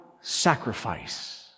sacrifice